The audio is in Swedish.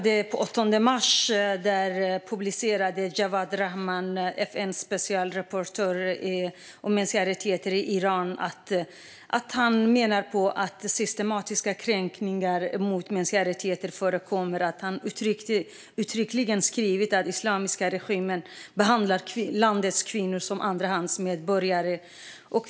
Den 8 mars publicerade Javaid Rehman, FN:s specialrapportör för mänskliga rättigheter i Iran, en rapport där han menar att systematiska kränkningar av mänskliga rättigheter förekommer. Han skriver uttryckligen att den islamiska regimen behandlar landets kvinnor som andra klassens medborgare.